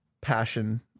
passion